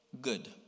good